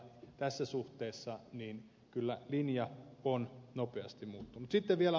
tässä suhteessa kyllä linja on nopeasti muuttunut